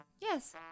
Yes